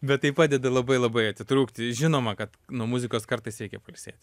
bet tai padeda labai labai atitrūkti žinoma kad nuo muzikos kartais reikia pailsėt